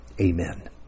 amen